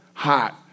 Hot